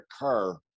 occur